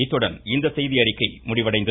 இத்துடன் இந்த செய்தியறிக்கை முடிவடைந்தது